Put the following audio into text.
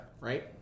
right